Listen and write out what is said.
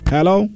Hello